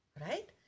Right